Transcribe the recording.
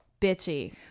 bitchy